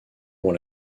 pour